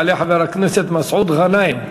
יעלה חבר הכנסת מסעוד גנאים.